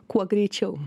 kuo greičiau